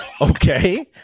Okay